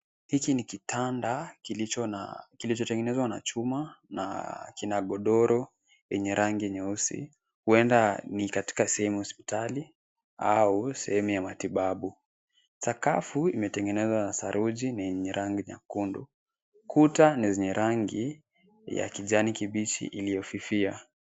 Hiki ni kitanda kilichotegenezwa na chuma na kina godoro yenye rangi nyeusi. Ueda ni katika sehemu ya hospitali au sehemu ya matibabu. Sakafu imetegenezwa na saruji na yenye rangi nyekundu. Kuta ni zenye rangi ya kijani kibichi iliyofifia.